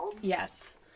yes